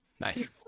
Nice